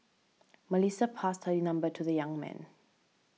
Melissa passed her number to the young man